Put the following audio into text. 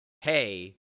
Hey